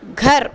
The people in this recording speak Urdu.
گھر